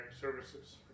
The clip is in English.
services